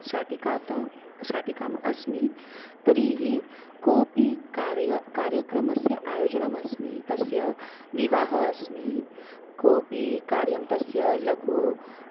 शाटिकातः शाटिकाम् अस्मि तर्हि कोपि कार्यं कार्यक्रमस्य आयोजनमस्मि तस्य विवाहः अस्मि कोपि कार्यं तस्य लघु